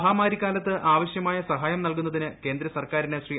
മഹാമാരിക്കാലത്ത് ആവശ്യമായ സഹായം നൽകുന്നതിന് കേന്ദ്ര സർക്കാരിന് ശ്രീ